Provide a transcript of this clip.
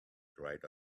dried